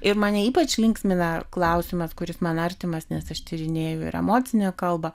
ir mane ypač linksmina klausimas kuris man artimas nes aš tyrinėju ir emocinę kalbą